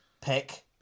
pick